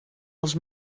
els